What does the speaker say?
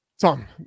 Tom